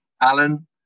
Alan